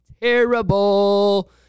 terrible